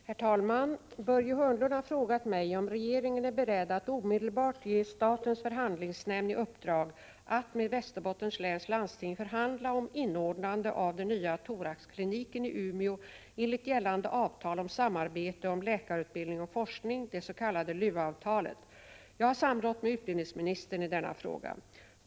Herr talman! Börje Hörnlund har frågat mig om regeringen är beredd att omedelbart ge statens förhandlingsnämnd i uppdrag att med Västerbottens läns landsting förhandla om inordnande av den nya thoraxkliniken i Umeå enligt gällande avtal om samarbete om läkarutbildning och forskning, det s.k. LUA-avtalet. Jag har samrått med utbildningsministern i denna fråga.